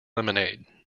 lemonade